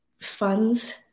Funds